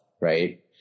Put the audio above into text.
right